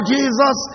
Jesus